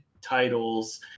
titles